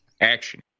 action